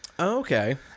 okay